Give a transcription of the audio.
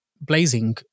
blazing